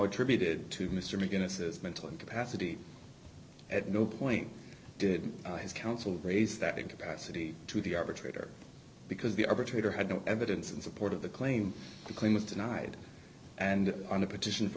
attributed to mr mcguinness as mental incapacity at no point did his counsel raise that incapacity to the arbitrator because the arbitrator had no evidence in support of the claim the claim was denied and on a petition for